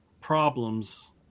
problems